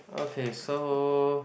okay so